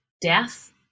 death